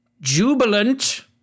jubilant